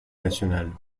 nationale